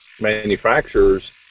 manufacturers